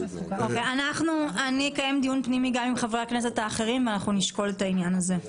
אני אקיים דיון פנימי גם עם חברי הכנסת האחרים ונשקול את העניין הזה.